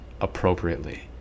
appropriately